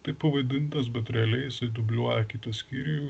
taip pavadintas bet realiai jisai dubliuoja kitą skyrių